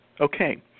okay